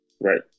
Right